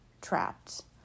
trapped